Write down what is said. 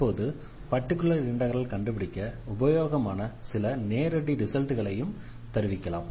அப்போது particular integral கண்டுபிடிக்க உபயோகமான சில நேரடி ரிசல்ட்களை தருவிக்கலாம்